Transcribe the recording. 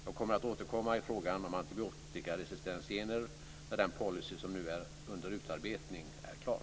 Jag kommer att återkomma i frågan om antibiotikaresistensgener när den policy som nu är under utarbetning är klar.